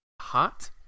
hot